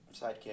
Sidekick